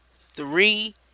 three